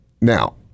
Now